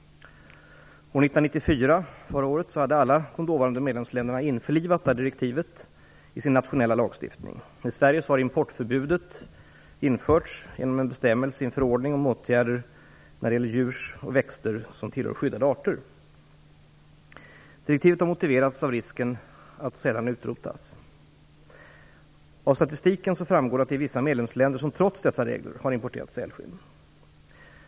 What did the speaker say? År 1994 hade alla de dåvarande medlemsländerna införlivat direktivet i sin nationella lagstiftning. I Sverige har importförbudet införts genom en bestämmelse i förordning Direktivet motiveras av risken att dessa sälar utrotas. Av statistiken framgår att det är vissa medlemsländer som trots dessa regler har importerat sälskinn.